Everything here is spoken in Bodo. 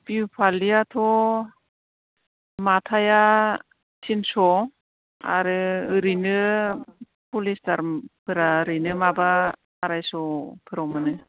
बिहु फालियाथ' माथाया थिनस' आरो ओरैनो पलिस्टारफोरा ओरैनो माबा आरायस'फोराव मोनो